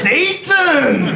Satan